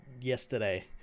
yesterday